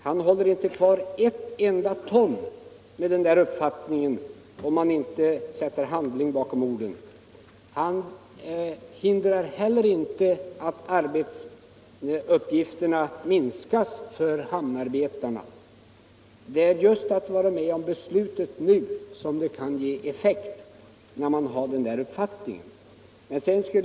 Herr Lövenborg kan inte hålla kvar ett enda ton på sjö transportsidan om han inte sätter handling bakom orden. Han förhindrar heller inte att arbetstillfällena minskar för hamnarbetarna. Herr Lövenborgs uppfattning kan endast få effekt om han är med om beslutet här i dag.